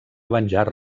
venjar